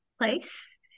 place